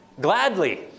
Gladly